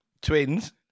Twins